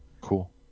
Cool